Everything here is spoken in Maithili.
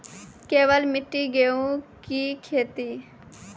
केवल मिट्टी गेहूँ की खेती?